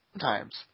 times